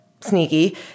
sneaky